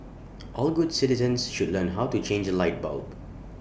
all good citizens should learn how to change A light bulb